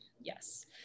Yes